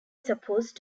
supposed